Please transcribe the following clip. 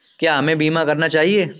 क्या हमें बीमा करना चाहिए?